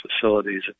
facilities